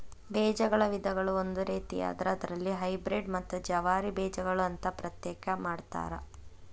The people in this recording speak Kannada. ಬೇಜಗಳ ವಿಧಗಳು ಒಂದು ರೇತಿಯಾದ್ರ ಅದರಲ್ಲಿ ಹೈಬ್ರೇಡ್ ಮತ್ತ ಜವಾರಿ ಬೇಜಗಳು ಅಂತಾ ಪ್ರತ್ಯೇಕ ಮಾಡತಾರ